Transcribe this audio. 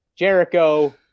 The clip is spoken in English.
Jericho